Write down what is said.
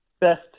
best